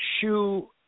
shoe